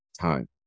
time